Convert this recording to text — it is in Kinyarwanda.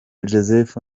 joseph